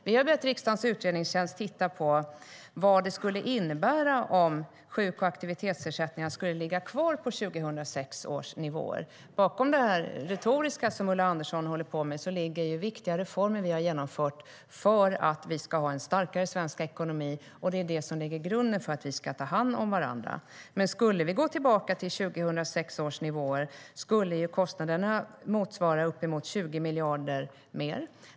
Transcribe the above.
Vi har bett riksdagens utredningstjänst att titta på vad det skulle innebära om sjuk och aktivitetsersättningar skulle ligga kvar på 2006 års nivåer. Bakom det retoriska som Ulla Andersson håller på med ligger viktiga reformer som vi har genomfört för att vi ska ha en starkare svensk ekonomi. Det lägger grunden för att vi ska ta hand om varandra. Skulle vi gå tillbaka till 2006 års nivåer skulle kostnaderna motsvara uppemot 20 miljarder mer.